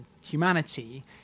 humanity